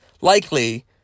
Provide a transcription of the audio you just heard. likely